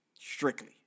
Strictly